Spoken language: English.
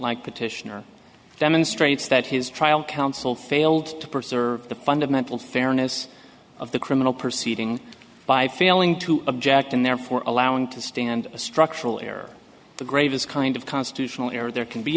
like petitioner demonstrates that his trial counsel failed to preserve the fundamental fairness of the criminal proceeding by failing to object and therefore allowing to stand a structural error the grave is kind of constitutional error there can be